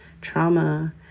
trauma